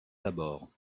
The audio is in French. abords